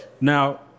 Now